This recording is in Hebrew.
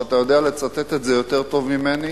שאתה יודע לצטט את זה יותר טוב ממני,